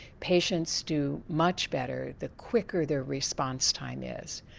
patients do much better the quicker the response time is.